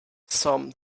some